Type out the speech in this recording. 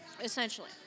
Essentially